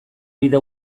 bide